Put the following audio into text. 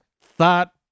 thought